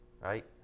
Right